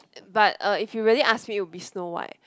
but uh if you really ask me it would be Snow-White